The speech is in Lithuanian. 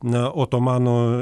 na otomano